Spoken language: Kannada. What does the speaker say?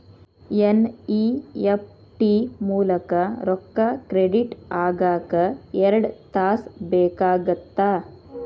ಎನ್.ಇ.ಎಫ್.ಟಿ ಮೂಲಕ ರೊಕ್ಕಾ ಕ್ರೆಡಿಟ್ ಆಗಾಕ ಎರಡ್ ತಾಸ ಬೇಕಾಗತ್ತಾ